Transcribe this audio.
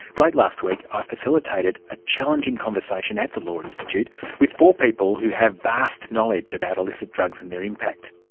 late last week i ah facilitated a challenging conversation at the law institute with four people who have vast knowledge about illicit drugs and their impact.